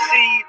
See